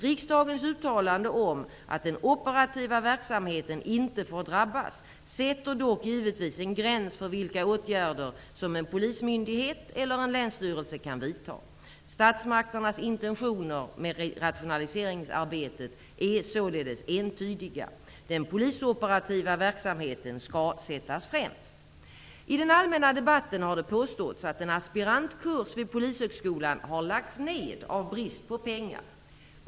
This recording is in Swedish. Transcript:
Riksdagens uttalande om att den operativa verksamheten inte får drabbas sätter dock givetvis en gräns för vilka åtgärder som en polismyndighet eller en länsstyrelse kan vidta. Statsmakternas intentioner med rationaliseringsarbetet är således entydiga: den polisoperativa verksamheten skall sättas främst. I den allmänna debatten har det påståtts att en aspirantkurs vid Polishögskolan har lagts ned av brist på pengar.